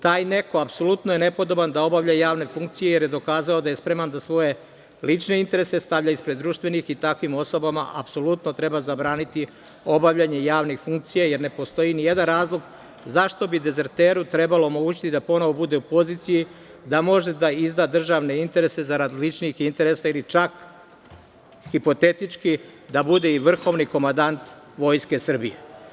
Taj neko apsolutno je nepodoban da obavlja javne funkcije, jer je dokazao da je spreman da svoje lične interese stavlja ispred društvenih i takvim osobama apsolutno treba zabraniti obavljanje javnih funkcija, jer ne postoji ni jedan razlog zašto bi dezerteru trebalo omogućiti da ponovo bude u poziciji da može da izda državne interese zarad ličnih interesa ili čak, hipotetički, da bude i vrhovni komandant Vojske Srbije.